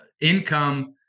income